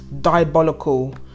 Diabolical